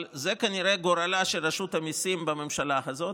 אבל זה כנראה גורלה של רשות המיסים בממשלה הזאת.